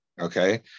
okay